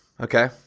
okay